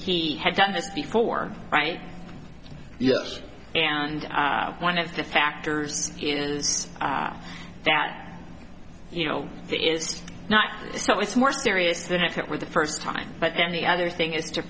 he had done this before right yes and one of the factors that you know it is not so it's more serious than if it were the first time but then the other thing is to